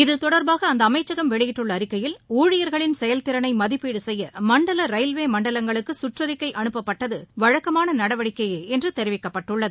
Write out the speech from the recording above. இது தொடர்பாக அந்த அமைச்சகம் வெளியிட்டுள்ள அறிக்கையில் ஊழியர்களின் செயல்திறளை மதிப்பீடு செய்ய மண்டல ரயில்வே மண்டலங்களுக்கு கற்றறிக்கை அனுப்பப்பட்டது வழக்கமான நடவடிக்கையே என்று தெரிவிக்கப்பட்டுள்ளது